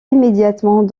immédiatement